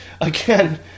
again